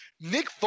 Nick